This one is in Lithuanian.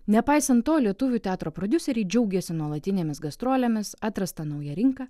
nepaisant to lietuvių teatro prodiuseriai džiaugėsi nuolatinėmis gastrolėmis atrasta nauja rinka